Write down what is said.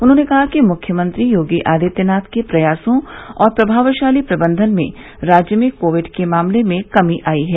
उन्होंने कहा कि मुख्यमंत्री योगी आदित्यनाथ के प्रयासों और प्रभावशाली प्रबंधन में राज्य में कोविड के मामलों में कमी आई है